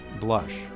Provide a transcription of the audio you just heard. blush